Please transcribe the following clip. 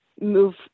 move